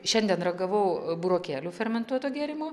šiandien ragavau burokėlių fermentuoto gėrimo